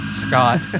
Scott